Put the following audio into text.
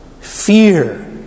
fear